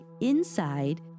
inside